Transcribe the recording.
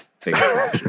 figure